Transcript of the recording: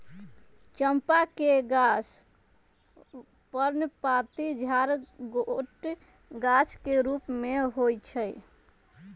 चंपा के गाछ पर्णपाती झाड़ छोट गाछ के रूप में होइ छइ